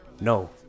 No